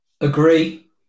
Agree